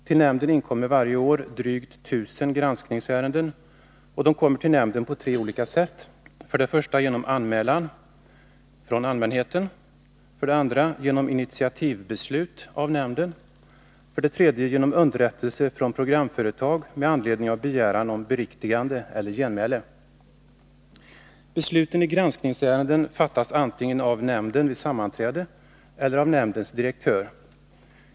Till nämnden inkommer varje år drygt 1000 granskningsärenden, och de kommer till nämnden på tre olika sätt: För det första genom anmälan från allmänheten, för det andra genom initiativbeslut av nämnden och för det tredje genom underrättelse från programföretag med anledning av begäran om beriktigande eller genmäle. Besluten i granskningsärenden fattas antingen av nämnden vid sammanträden eller av nämndens direktör.